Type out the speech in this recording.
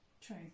True